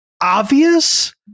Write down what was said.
obvious